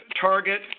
Target